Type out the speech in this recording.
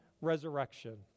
resurrection